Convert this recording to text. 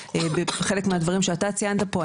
חלק מהדברים שאתה ציינת פה,